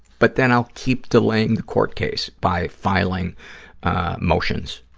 but then i'll keep delaying the court case by filing motions.